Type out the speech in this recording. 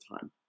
time